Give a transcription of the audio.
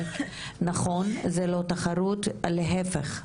ונכון, זו לא תחרות, אלא להיפך.